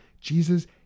Jesus